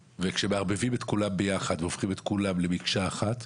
כשמערבבים את כולם ביחד והופכים את כולם למקשה אחת,